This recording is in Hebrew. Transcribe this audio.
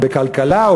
אלא בכלכלה,